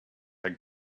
had